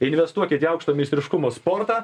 investuokit į aukšto meistriškumo sportą